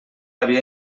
havia